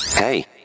Hey